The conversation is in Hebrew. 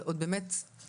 אבל לפני כן אני מבקשת לומר: